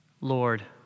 Lord